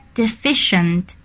deficient